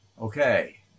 Okay